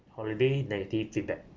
holiday negative feedback